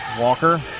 Walker